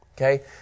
Okay